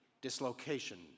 dislocation